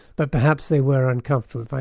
but perhaps they were uncomfortable.